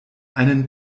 einen